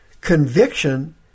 Conviction